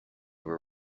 were